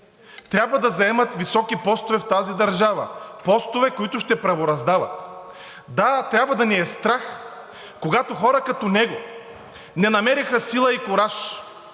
трябва да заемат високи постове в тази държава, постове, които ще правораздават. Да, трябва да ни е страх, когато хора като него не намериха сила и кураж